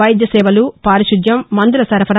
వైద్య సేవలుపారిశుద్ధ్యం మందుల సరఫరా